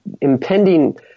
impending